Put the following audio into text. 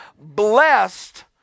blessed